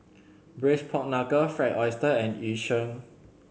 Braised Pork Knuckle Fried Oyster and Yu Sheng